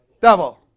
devil